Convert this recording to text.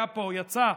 היה פה, הוא יצא.